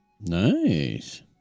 Nice